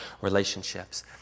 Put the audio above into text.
relationships